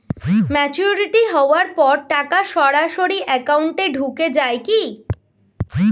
Maturity হওয়ার পর টাকা সরাসরি একাউন্ট এ ঢুকে য়ায় কি?